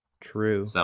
True